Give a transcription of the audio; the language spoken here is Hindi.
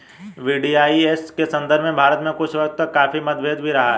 वी.डी.आई.एस के संदर्भ में भारत में कुछ वक्त तक काफी मतभेद भी रहा है